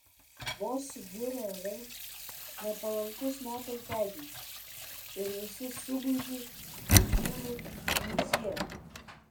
vos subjuro orai nepalankus metas degintis ir visi suguži į jūrų muziejų